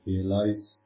Realize